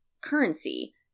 currency